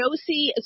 Josie